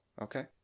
okay